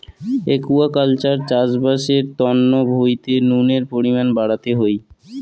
aquaculture চাষবাস এর তন্ন ভুঁইতে নুনের পরিমান বাড়াতে হই